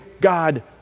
God